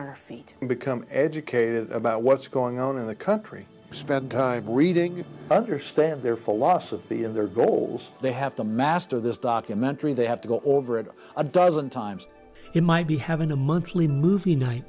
our feet and become educated about what's going on in the country spend time reading understand their philosophy and their goals they have to master this documentary they have to go over it a dozen times you might be having a monthly movie night